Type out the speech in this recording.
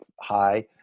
high